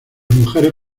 mujeres